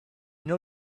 know